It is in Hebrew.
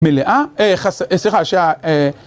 מלאה, אה חסר סליחה